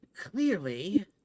clearly